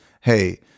hey